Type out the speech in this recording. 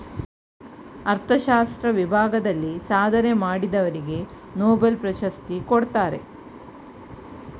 ಅರ್ಥಶಾಸ್ತ್ರ ವಿಭಾಗದಲ್ಲಿ ಸಾಧನೆ ಮಾಡಿದವರಿಗೆ ನೊಬೆಲ್ ಪ್ರಶಸ್ತಿ ಕೊಡ್ತಾರೆ